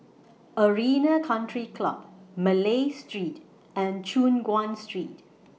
Arena Country Club Malay Street and Choon Guan Street